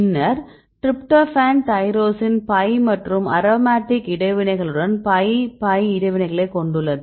பின்னர் tryptophan tyrosine pi மற்றும் aromatic இடைவினைகளுடன் பை பை இடைவினைகளைக் கொண்டுள்ளது